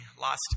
lost